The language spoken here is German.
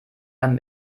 einem